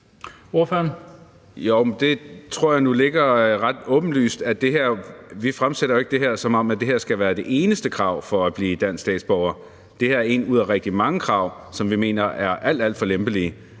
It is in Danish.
Jeg tror nu, at det ligger ret åbenlyst, at vi jo ikke fremsætter det her, som om det skal være det eneste krav for at blive dansk statsborger. Det her er et ud af rigtig mange krav, fordi vi mener at kravene er